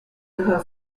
her